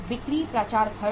बिक्री प्रचार खर्च